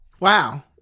Wow